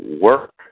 work